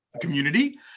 community